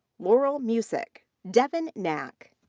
laurel museck. devyn nacke.